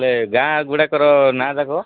ହେଲେ ଗାଁ ଗୁଡ଼ାକର ନାଁ ଯାକ